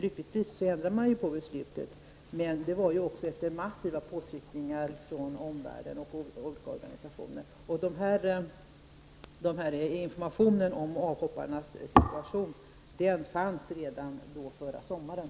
Lyckligtvis ändrade man på beslutet, men det skedde efter massiva påtryckningar från omvärlden och olika organisationer. Informationen om avhopparnas situation fanns redan förra sommaren.